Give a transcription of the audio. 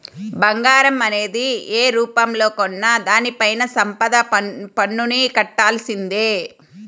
బంగారం అనేది యే రూపంలో కొన్నా దానిపైన సంపద పన్నుని కట్టాల్సిందే